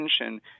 attention